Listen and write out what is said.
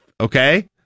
okay